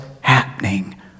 happening